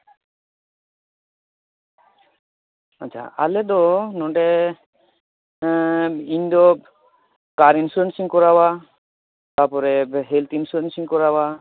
ᱟᱪᱪᱷᱟ ᱟᱞᱮ ᱫᱚ ᱱᱚᱸᱰᱮ ᱤᱧᱫᱚ ᱠᱟᱨ ᱤᱱᱥᱩᱨᱮᱱᱥᱤᱧ ᱠᱚᱨᱟᱣᱟ ᱛᱟᱯᱚᱨᱮ ᱦᱮᱞᱛᱷ ᱤᱱᱥᱩᱨᱮᱱᱥᱤᱧ ᱠᱚᱨᱟᱣᱟ